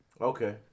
Okay